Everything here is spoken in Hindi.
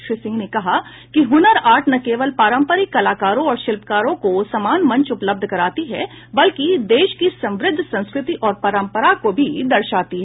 श्री सिंह ने कहा कि हुनर हाट न केवल पारंपरिक कलाकारों और शिल्पकारों को समान मंच उपलब्ध कराती है बल्कि देश की समृद्ध संस्कृति और परंपरा को भी दर्शाती है